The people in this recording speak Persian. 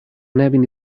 نبینی